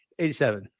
87